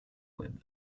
web